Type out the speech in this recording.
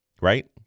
right